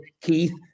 Keith